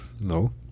No